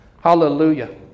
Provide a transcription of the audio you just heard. Hallelujah